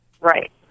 right